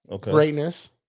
greatness